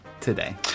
today